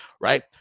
right